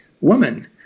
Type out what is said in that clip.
woman